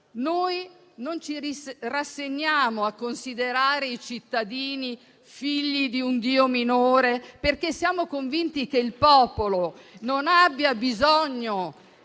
Noi non ci rassegniamo a considerare i cittadini figli di un Dio minore, perché siamo convinti che il popolo non abbia bisogno